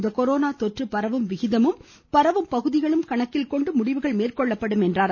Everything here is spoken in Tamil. இந்த கொரோனா தொற்று பரவும் விகிதமும் பரவும் பகுதிகளும் கணக்கில் கொண்டு முடிவுகள் எடுக்கப்படும் என்றார்